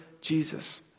Jesus